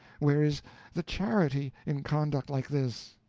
where is the charity, in conduct like this?